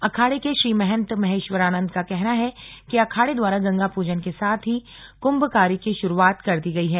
अखाड़े के श्रीमहंत महेश्वरानंद का कहना है की अखाड़े द्वारा गंगा प्रजन के साथ ही कुम्भ कार्य की शुरुवात कर दी गई है